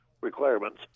requirements